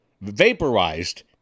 vaporized